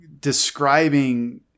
describing